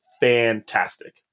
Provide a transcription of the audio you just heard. fantastic